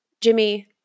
Jimmy